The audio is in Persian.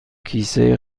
کیسه